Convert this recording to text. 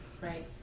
Right